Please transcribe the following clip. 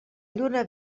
lluna